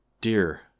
Dear